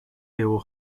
hill